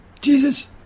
Jesus